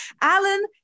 Alan